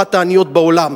אחת העניות בעולם,